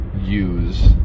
use